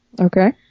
Okay